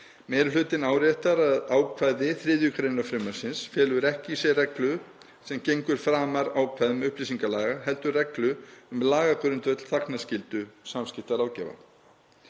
Meiri hlutinn áréttar að ákvæði 3. gr. frumvarpsins felur ekki í sér reglu sem gengur framar ákvæðum upplýsingalaga heldur reglu um lagagrundvöll þagnarskyldu samskiptaráðgjafa.